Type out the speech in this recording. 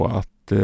att